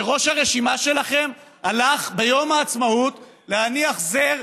שראש הרשימה שלכם הלך ביום העצמאות להניח זר,